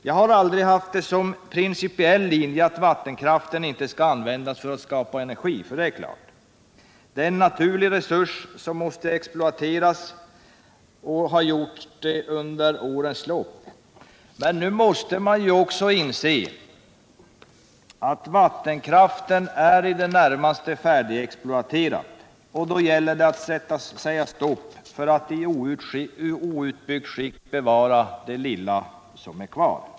Jag har aldrig haft som någon principiell linje att vattenkraften inte skall användas för att skaffa energi. Vattenkraften är en naturlig resurs som måste exploateras. Så har också skett under årens lopp. Men nu måste man inse att vattenkraften är i det närmaste färdigexploaterad, och då gäller det att säga stopp och i outbyggt skick bevara det lilla som är kvar.